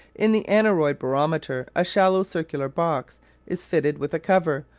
in the aneroid barometer a shallow circular box is fitted with a cover,